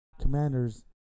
commanders